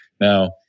Now